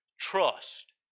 trust